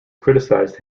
criticized